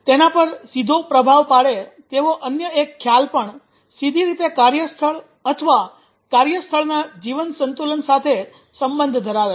તેના પર સીધો પ્રભાવ પાડે તેવો અન્ય એક ખ્યાલ પણ સીધી રીતે કાર્યસ્થળ અથવા કાર્યસ્થળના જીવન સંતુલન સાથે સંબંધ ધરાવે છે